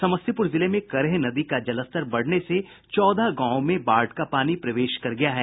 समस्तीपुर जिले में करेह नदी का जलस्तर बढ़ने से चौदह गांवों में बाढ़ का पानी प्रवेश कर गया है